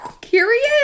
curious